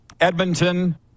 edmonton